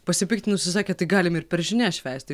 pasipiktinusi sakė tai galim ir per žinias švęsti